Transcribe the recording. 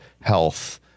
health